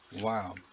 wow